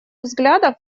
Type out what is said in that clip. взглядов